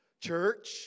church